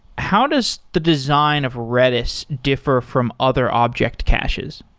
how does the design of redis differ from other object caches?